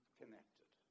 connected